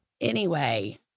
Anyway-